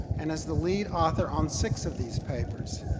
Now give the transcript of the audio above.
and is the lead author on six of these papers.